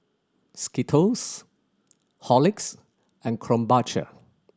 Skittles Horlicks and Krombacher